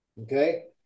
Okay